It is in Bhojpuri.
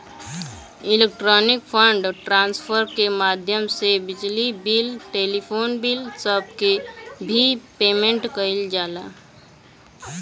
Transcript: इलेक्ट्रॉनिक फंड ट्रांसफर के माध्यम से बिजली बिल टेलीफोन बिल सब के भी पेमेंट कईल जाला